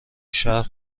شهر